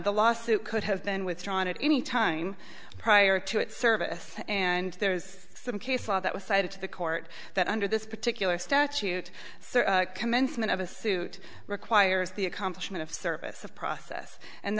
the lawsuit could have been withdrawn at any time prior to its service and there was some case law that was cited to the court that under this particular statute commencement of a suit requires the accomplishment of service of process and